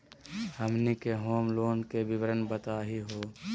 हमनी के home loan के विवरण बताही हो?